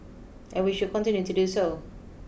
and we should continue to do so